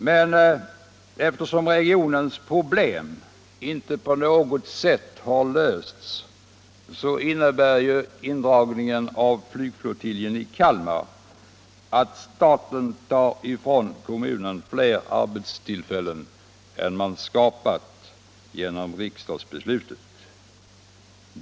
Men eftersom regionens problem inte på något sätt lösts, så innebär ju indragningen av flygflottiljen i Kalmar att staten tar ifrån Kalmar kommun fler arbetstillfällen än man skapar genom riksdagsbeslutet.